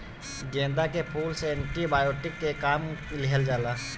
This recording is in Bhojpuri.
गेंदा के फूल से एंटी बायोटिक के काम लिहल जाला